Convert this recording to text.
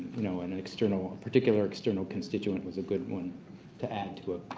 you know, an an external. a particular external constituent was a good one to add to it,